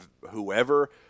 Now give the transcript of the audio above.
Whoever